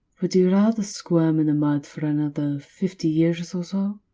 would you rather squirm in the mud for another fifty years or so?